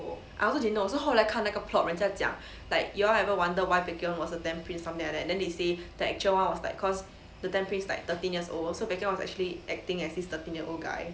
I also didn't know 是后来看那个 plot 人家讲 like you all ever wonder why baek hyun was the tenth prince something like that then they say the actual [one] was like cause the tenth prince like thirteen years old so baek hyun was actually acting as this thirteen year old guy